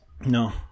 No